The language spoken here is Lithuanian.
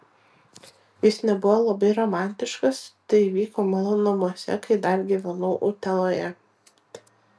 jis nebuvo labai romantiškas tai įvyko mano namuose kai dar gyvenau utenoje